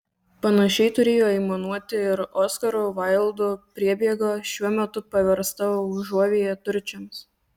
panašiai turėjo aimanuoti ir oskaro vaildo priebėga šiuo metu paversta užuovėja turčiams